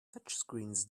touchscreens